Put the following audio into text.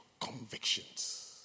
convictions